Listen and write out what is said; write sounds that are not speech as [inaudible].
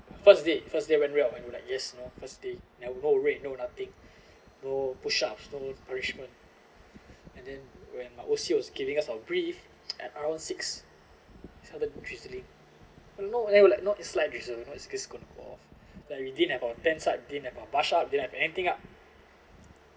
first day first day when we were like yes you know first day and no rain no nothing [breath] no push ups no punishment and then when my O_C was giving us a brief at around six started drizzling a lot then we're like not a slight drizzle you know is this gonna go off [breath] like we didn't have a tent site didn't have a basher didn't have anything up